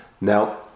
Now